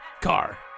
car